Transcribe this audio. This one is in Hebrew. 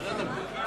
ועדת הפנים.